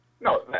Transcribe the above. No